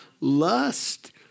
lust